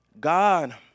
God